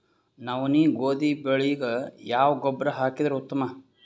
ನವನಿ, ಗೋಧಿ ಬೆಳಿಗ ಯಾವ ಗೊಬ್ಬರ ಹಾಕಿದರ ಉತ್ತಮ?